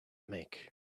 make